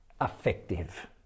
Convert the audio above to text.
effective